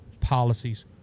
policies